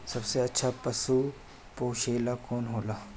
सबसे अच्छा पशु पोसेला कौन होला?